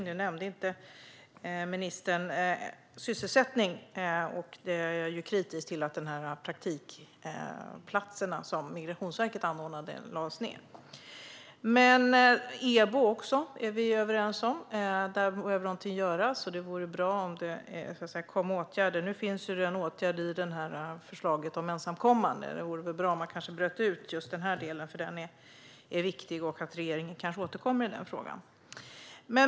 Ministern nämnde visserligen inte sysselsättning, men jag är kritisk till att de praktikplatser som Migrationsverket anordnade togs bort. Vi är även överens om EBO. Där behöver något göras, och det vore bra om det kom åtgärder. Nu finns visst åtgärder i förslaget om ensamkommande. Det vore bra om man bröt ut just denna del, för den är viktig. Regeringen kan kanske återkomma om detta.